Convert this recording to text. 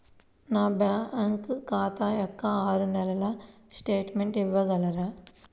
నా బ్యాంకు ఖాతా యొక్క ఆరు నెలల స్టేట్మెంట్ ఇవ్వగలరా?